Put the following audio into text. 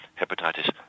Hepatitis